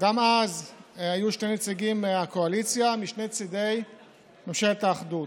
וגם אז היו שני נציגים מהקואליציה משני צידי ממשלת האחדות.